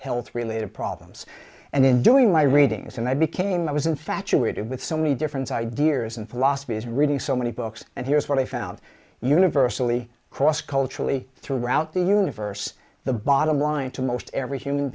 health related problems and in doing my readings and i became i was infatuated with so many different ideas and philosophies reading so many books and here's what i found universally across culturally throughout the unit vers the bottom line to most every human